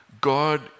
God